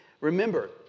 Remember